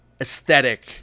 aesthetic